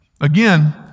Again